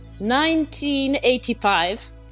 1985